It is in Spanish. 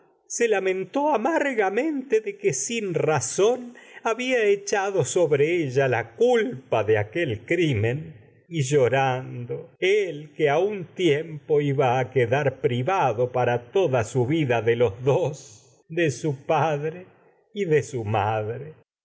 se lamentó amargamente de la que sin razón había echado sobre ella y culpa de aquel iba a quedar su crimen llorando el toda es que a un tiem po privado su para su vida de los dos que de padre y de madre